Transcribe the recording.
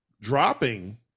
dropping